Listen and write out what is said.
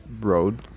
Road